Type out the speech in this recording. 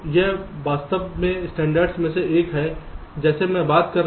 तो यह वास्तव मेंस्टैण्डर्डस में से एक है जैसे मैं बात कर रहा था